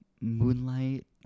Moonlight